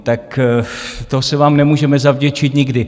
Tak to se vám nemůžeme zavděčit nikdy.